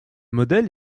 modèle